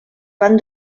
van